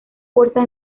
fuerza